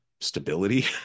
stability